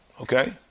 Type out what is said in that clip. Okay